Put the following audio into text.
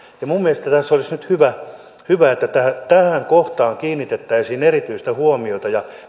minun mielestäni tässä olisi nyt hyvä hyvä että tähän kohtaan kiinnitettäisiin erityistä huomiota ja